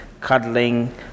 cuddling